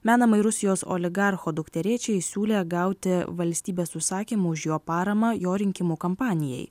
menamai rusijos oligarcho dukterėčiai siūlė gauti valstybės užsakymų už jo paramą jo rinkimų kampanijai